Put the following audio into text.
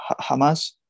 Hamas